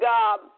God